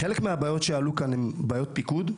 חלק מהבעיות שעלו כאן הם בעיות פיקוד,